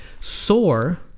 soar